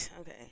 okay